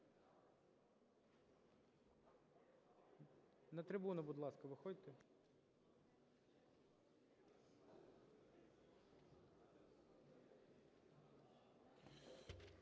На трибуну, будь ласка, виходьте.